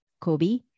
Kobe